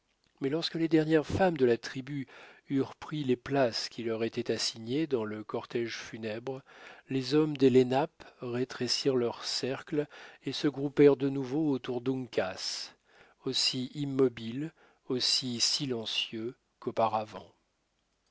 mais lorsque les dernières femmes de la tribu eurent pris les places qui leur étaient assignées dans le cortège funèbre les hommes des lenapes rétrécirent leur cercle et se groupèrent de nouveau autour d'uncas aussi immobiles aussi silencieux qu'auparavant